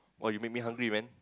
!wah! you make me hungry man